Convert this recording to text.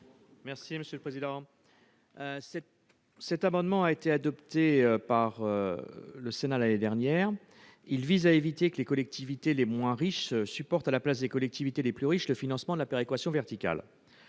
M. Didier Marie. Cet amendement, adopté par le Sénat l'an dernier, vise à éviter que les collectivités les moins riches supportent, à la place des collectivités les plus riches, le financement de la péréquation verticale.